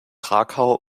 krakau